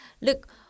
look